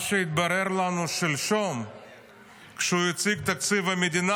מה שהתברר לנו שלשום כשהוא הציג את תקציב המדינה,